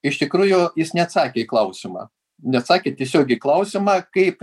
iš tikrųjų jis neatsakė į klausimą neatsakė tiesiog į klausimą kaip